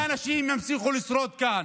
ששני אנשים ימשיכו לשרוד כאן.